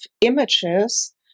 images